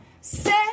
set